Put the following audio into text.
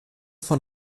von